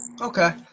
Okay